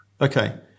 Okay